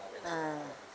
ah